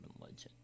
legend